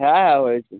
হ্যাঁ হ্যাঁ হয়েছে